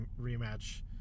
rematch